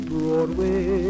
Broadway